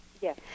Yes